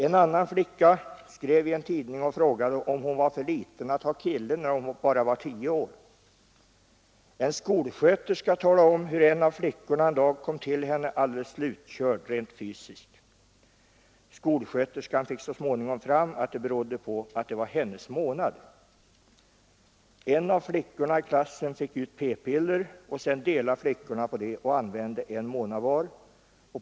En annan flicka skrev i en tidning och frågade, om hon var för liten för att ha kille när hon var bara 10 år. En skolsköterska talade om hur en av flickorna en dag kom till henne alldeles slutkörd rent fysiskt. Skolsköterskan fick så småningom fram att det berodde på att det var ”hennes månad”. En av flickorna i klassen fick ut p-piller, och sedan delade flickorna på dem och använde en månad var.